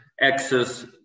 access